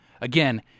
Again